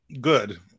Good